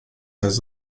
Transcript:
has